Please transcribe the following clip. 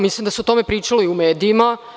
Mislim da se o tome pričalo i u medijima.